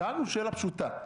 שאלנו שאלה פשוטה,